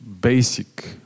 basic